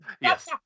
Yes